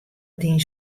dyn